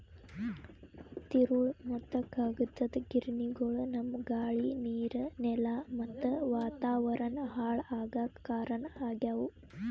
ತಿರುಳ್ ಮತ್ತ್ ಕಾಗದದ್ ಗಿರಣಿಗೊಳು ನಮ್ಮ್ ಗಾಳಿ ನೀರ್ ನೆಲಾ ಮತ್ತ್ ವಾತಾವರಣ್ ಹಾಳ್ ಆಗಾಕ್ ಕಾರಣ್ ಆಗ್ಯವು